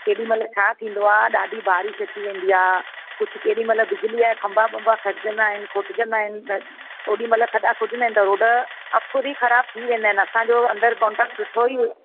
केॾीमहिल छा थींदो आहे ॾाढी बारिश अची वेंदी आहे कुझु केॾीमहिल बिजलीअ जा खंबा वंबा खॾिजंदा आहिनि खुटजंदा आहिनि त ओॾीमहिल खॾा खुडजंदा आहिनि त रोड असुल ई ख़राबु थी वेंदा आहिनि असांजो अंदरु कॉट्रेक्ट सुठो ई